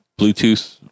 bluetooth